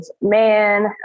man